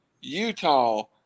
Utah